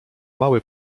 mały